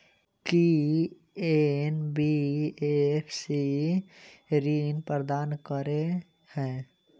की NBFC ऋण प्रदान करे है?